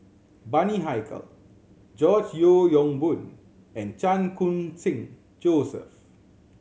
Bani Haykal George Yeo Yong Boon and Chan Khun Sing Joseph